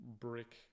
brick